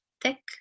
thick